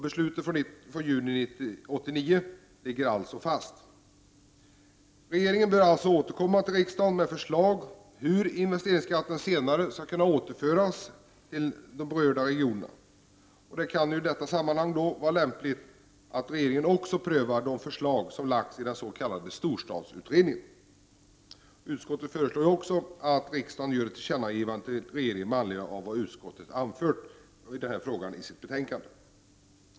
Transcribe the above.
Beslutet från juni 1989 ligger alltså fast. Regeringen bör alltså återkomma till riksdagen med förslag om hur investeringsskatten senare skall kunna återföras till berörd region. Det kan i detta sammanhang vara lämpligt att regeringen också prövar de förslag som lagts fram i den s.k. storstadsutredningen. Utskottet föreslår att riksdagen gör ett tillkännagivande till regeringen med anledning av vad utskottet anför i sitt betänkande.